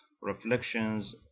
reflections